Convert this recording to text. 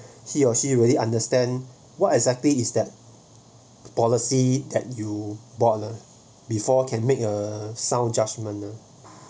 he or she really understand what exactly is that the policy that you bought earlier before can make a sound judgement